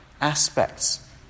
aspects